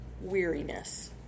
weariness